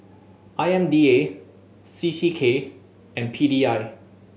I M D A C C K and P D I